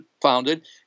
founded